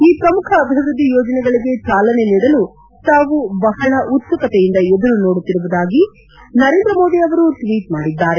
ಈ ಪ್ರಮುಖ ಅಭಿವೃದ್ದಿ ಯೋಜನೆಗಳಿಗೆ ಚಾಲನೆ ನೀಡಲು ತಾವು ಬಹಳ ಉತ್ಸುಕತೆಯಿಂದ ಎದುರು ನೋಡುತ್ತಿರುವುದಾಗಿ ನರೇಂದ್ರ ಮೋದಿ ಅವರು ಟ್ವೀಟ್ ಮಾಡಿದ್ದಾರೆ